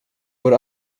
går